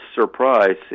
surprise